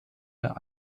der